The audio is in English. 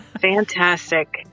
Fantastic